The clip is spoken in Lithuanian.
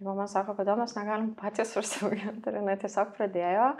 mama sako kodėl mes negalim patys užsiauginti ir jinai tiesiog pradėjo